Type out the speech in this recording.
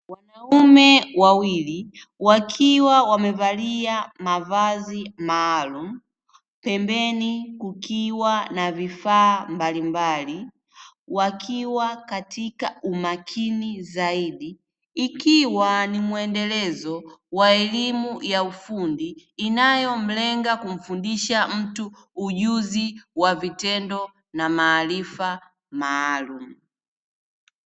Wanaume wawili, wakiwa wamevalia mavazi maalumu, pembeni kukiwa na vifaa mbalimbali, wakiwa katika umakini zaidi. Ikiwa ni muendelezo wa elimu ya ufundi inayomlenga kumfundisha mtu ujuzi wa vitendo na maarifa maalumu.